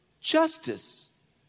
justice